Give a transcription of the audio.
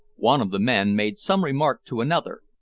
one of the men made some remark to another,